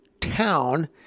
town